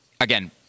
again